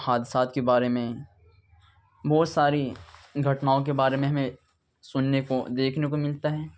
حادثات کے بارے میں بہت ساری گھٹناؤں کے بارے میں ہمیں سننے کو دیکھنے کو ملتا ہے